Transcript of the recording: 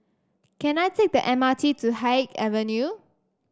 can I take the M R T to Haig Avenue